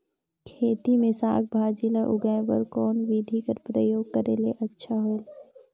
खेती मे साक भाजी ल उगाय बर कोन बिधी कर प्रयोग करले अच्छा होयल?